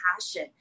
passion